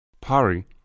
Pari